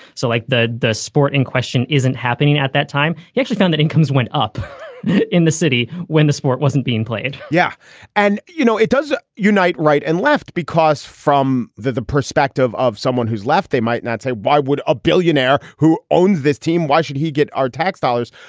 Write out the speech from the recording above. so like that, the sport in question isn't happening at that time. he actually found that incomes went up in the city when the sport wasn't being played. yeah and you know, it does unite right and left because from the the perspective of someone who's left, they might not say, why would a billionaire who owns this team, why should he get our tax dollars?